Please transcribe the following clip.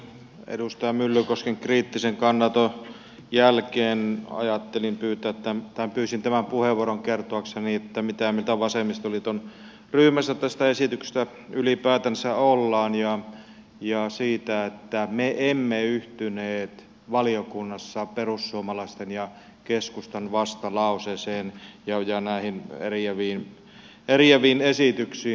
edustaja myllykosken kriittisen kannanoton jälkeen pyysin tämän puheenvuoron kertoakseni mitä mieltä vasemmistoliiton ryhmässä tästä esityksestä ylipäätänsä ollaan ja siitä että me emme yhtyneet valiokunnassa perussuomalaisten ja keskustan vastalauseeseen ja näihin eriäviin esityksiin